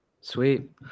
Sweet